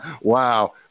Wow